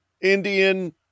Indian